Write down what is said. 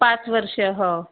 पाच वर्ष हो